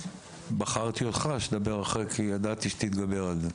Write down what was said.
בחרתי אותך שתדבר אחרי, כי ידעתי שתתגבר על זה.